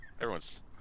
Everyone's